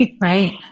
right